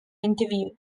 interview